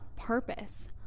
purpose